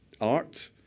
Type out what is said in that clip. art